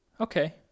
okay